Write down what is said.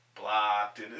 blocked